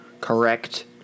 correct